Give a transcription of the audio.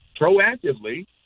proactively